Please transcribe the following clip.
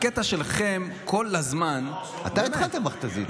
הקטע שלכם כל הזמן, אתה התחלת עם מכת"זית.